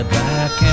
back